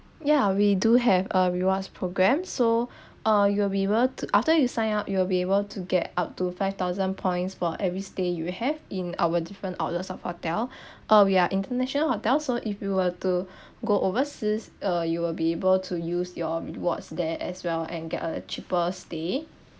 yeah we do have a rewards program so uh you'll be able to after you sign up you will be able to get up to five thousand points for every stay you have in our different outlets of hotel oh we are international hotels so if you will to go overseas uh you will be able to use your rewards there as well and get a cheaper stay